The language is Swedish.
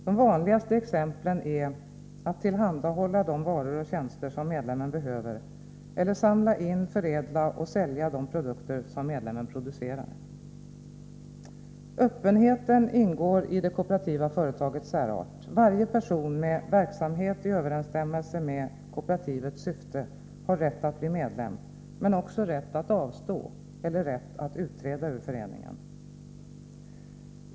De vanligaste exemplen är att tillhandahålla de varor och tjänster som medlemmen behöver eller att samla in, förädla och sälja de produkter som medlemmen framställer. Öppenheten ingår i det kooperativa företagets särart. Varje person med verksamhet i överensstämmelse med kooperativets syfte har rätt att bli medlem men också rätt att avstå eller rätt att utträda ur föreningen.